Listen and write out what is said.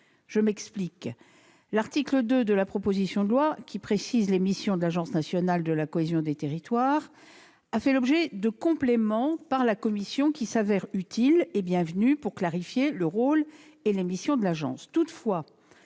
du préfet. L'article 2 de la proposition de loi, qui précise les missions de l'agence nationale de la cohésion des territoires, a fait l'objet de compléments de la part de la commission qui s'avèrent utiles et bienvenus pour clarifier le rôle et les missions de l'agence.